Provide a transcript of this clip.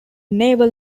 naval